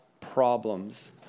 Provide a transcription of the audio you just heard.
problems